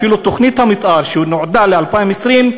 אפילו תוכנית המתאר שנועדה ל-2020,